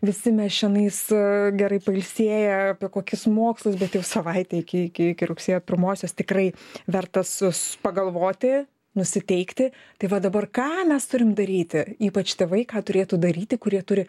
visi mes čionais gerai pailsėję apie kokius mokslus bet jau savaitė iki iki rugsėjo pirmosios tikrai verta sus pagalvoti nusiteikti tai va dabar ką mes turim daryti ypač tėvai ką turėtų daryti kurie turi